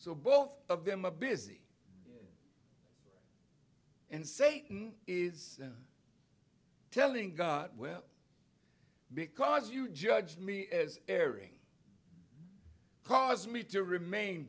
so both of them a busy and satan is telling god well because you judge me is airing cause me to remain